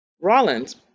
Rollins